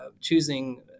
choosing